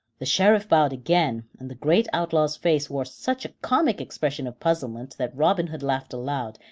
the sheriff bowed again, and the great outlaw's face wore such a comic expression of puzzlement that robin hood laughed aloud,